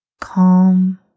calm